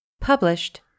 Published